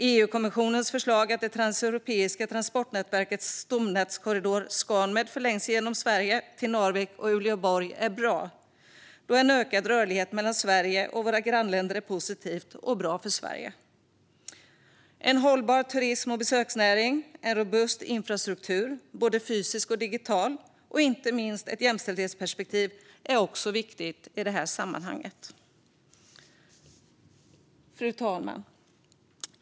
EU-kommissionens förslag att det transeuropeiska transportnätverkets stomnätskorridor Scan-Med förlängs genom Sverige till Narvik och Uleåborg är bra eftersom en ökad rörlighet mellan Sverige och våra grannländer är positiv och bra för Sverige. En hållbar turism och besöksnäring, en robust infrastruktur - fysisk och digital - och inte minst ett jämställdhetsperspektiv är också viktigt i sammanhanget. Fru talman!